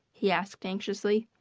he asked, anxiously.